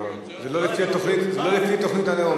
זה לא לפי תוכנית הנאום.